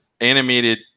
animated